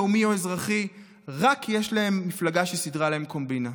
לאומי או אזרחי רק כי יש להם מפלגה שסידרה להם קומבינה?